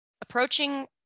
approaching